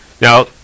Now